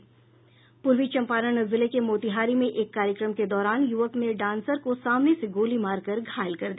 पूर्वी चंपारण जिले के मोतिहारी में एक कार्यक्रम के दौरान यूवक ने डांसर को सामने से गोली मारकर घायल कर दिया